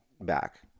back